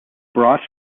broad